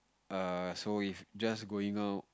err so if just going out